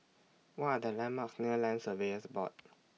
What Are The landmarks near Land Surveyors Board